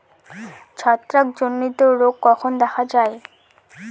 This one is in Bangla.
ছত্রাক জনিত রোগ কখন দেখা য়ায়?